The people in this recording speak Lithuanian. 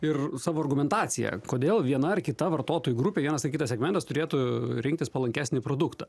ir savo argumentacija kodėl viena ar kita vartotojų grupė vienas ar kitas segmentas turėtų rinktis palankesnį produktą